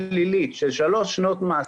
פלילית של שלוש שנות מאסר,